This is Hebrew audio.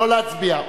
לא להצביע.